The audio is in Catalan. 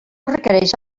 requereix